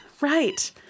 Right